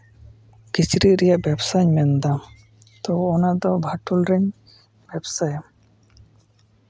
ᱠᱤᱪᱨᱤᱪ ᱨᱮᱭᱟᱜ ᱵᱮᱵᱥᱟᱧ ᱢᱮᱱᱫᱟ ᱛᱚ ᱚᱱᱟᱫᱚ ᱵᱷᱟᱴᱳᱞ ᱨᱮᱧ ᱵᱮᱵᱥᱟᱭᱟ